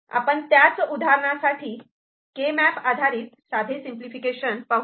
आपण त्याच उदाहरणासाठी के मॅप आधारित साधे सिंपलिफिकेशन पाहू